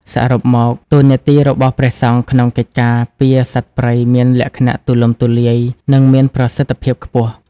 សរុបមក តួនាទីរបស់ព្រះសង្ឃក្នុងកិច្ចការពារសត្វព្រៃមានលក្ខណៈទូលំទូលាយ និងមានប្រសិទ្ធភាពខ្ពស់។